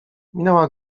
minęła